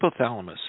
hypothalamus